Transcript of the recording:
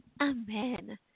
Amen